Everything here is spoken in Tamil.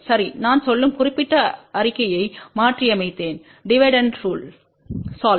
சரி நான் சொல்லும் குறிப்பிட்ட அறிக்கையை மாற்றியமைத்தேன் டிவைடு அண்ட் ஸோல்வ்